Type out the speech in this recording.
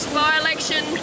by-election